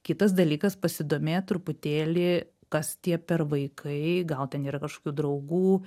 kitas dalykas pasidomėt truputėlį kas tie per vaikai gal ten yra kažkokių draugų